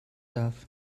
darf